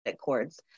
cords